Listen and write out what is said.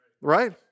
Right